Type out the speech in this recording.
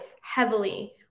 heavily